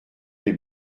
les